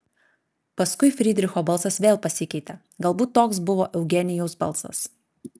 paskui frydricho balsas vėl pasikeitė galbūt toks buvo eugenijaus balsas